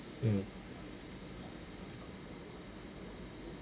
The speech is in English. mm